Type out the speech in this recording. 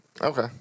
okay